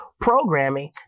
programming